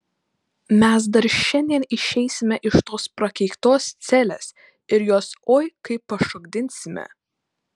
mes dar šiandien išeisime iš tos prakeiktos celės ir juos oi kaip pašokdinsime